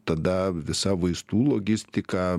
tada visa vaistų logistika